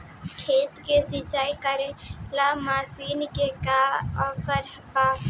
खेत के सिंचाई करेला मशीन के का ऑफर बा?